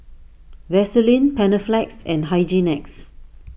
Vaselin Panaflex and Hygin X